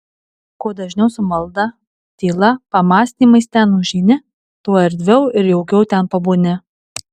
kuo dažniau su malda tyla pamąstymais ten užeini tuo erdviau ir jaukiau ten pabūni